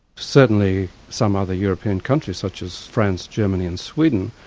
certainly some other european countries, such as france, germany and sweden,